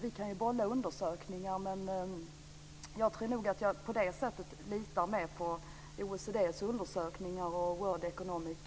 Vi kan ju bolla undersökningar, men jag tror nog att jag litar mer på OECD:s undersökningar och på World Economic Forum.